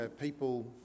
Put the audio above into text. people